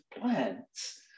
plants